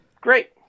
great